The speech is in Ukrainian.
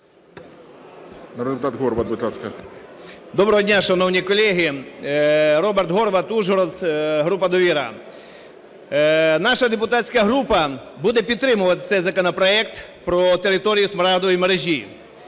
Доброго дня, шановні колеги. Роберт Горват, Ужгород, група "Довіра". Наша депутатська група буде підтримувати цей законопроект про територію Смарагдової мережі.